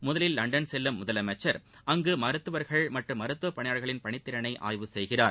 முதலில் லண்டன் செல்லும் முதலமைச்சா் அங்கு மருத்துவா்கள் மற்றும் மருத்துவப் பணியாளா்களின் பணித்திறனை ஆய்வு செய்கிறார்